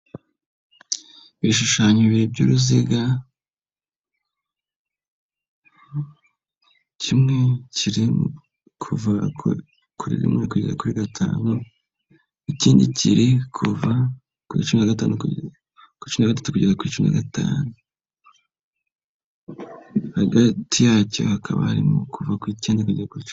Ibishushanyo bibiri by'uruziga kimwe kiri kuva kuri rimwe kugeza kuri gatanu, ikindi kiri kuva kuri cumi na gatatu kugera kuri cumi na gatanu hagati yacyo hakaba harimo kuva ku ikenda kujya kuri.